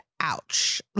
Ouch